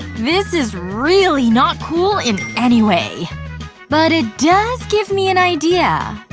this is really not cool in any way but it does give me an idea!